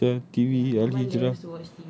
what news sia T_V al-hijrah